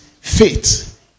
faith